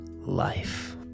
life